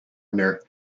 abner